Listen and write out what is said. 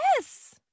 Yes